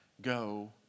Go